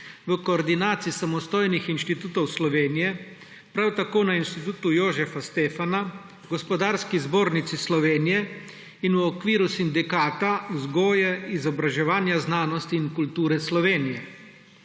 v Koordinaciji samostojnih inštitutov Slovenije, prav tako na Institutu Jožefa Stefana, Gospodarski zbornici Slovenije in v okviru Sindikata vzgoje, izobraževanja, znanosti in kulture Slovenije.